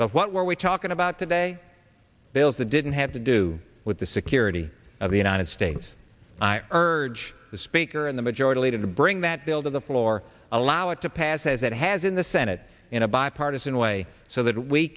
but what were we talking about today bills that didn't have to do with the security of the united states i urge the speaker and the majority leader to bring that bill to the floor allow it to pass as it has in the senate in a bipartisan way so that we